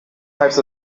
types